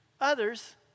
Others